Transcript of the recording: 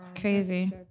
crazy